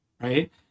right